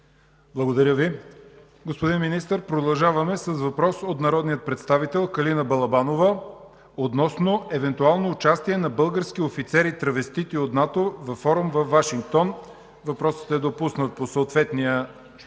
Благодаря Ви. Господин Министър, продължаваме с въпрос от народния представител Калина Балабанова относно евентуално участие на български офицери – травестити, от НАТО във форум във Вашингтон. Въпросът е допуснат по съответния